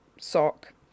sock